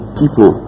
people